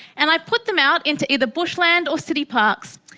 and i put them out into either bushland or city parks.